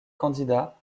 candidats